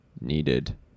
needed